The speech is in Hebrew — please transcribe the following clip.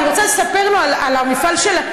אני רוצה לספר לו על המפעל של,